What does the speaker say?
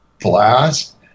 blast